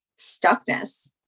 stuckness